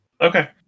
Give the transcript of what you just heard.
Okay